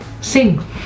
sing